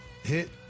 hit